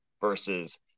versus